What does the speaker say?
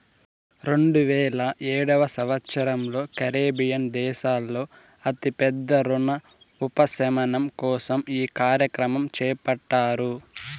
రెండువేల ఏడవ సంవచ్చరంలో కరేబియన్ దేశాల్లో అతి పెద్ద రుణ ఉపశమనం కోసం ఈ కార్యక్రమం చేపట్టారు